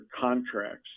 contracts